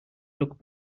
look